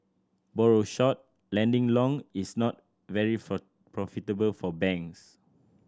borrow short lending long is not very profitable for banks